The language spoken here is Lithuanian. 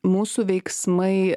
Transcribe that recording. mūsų veiksmai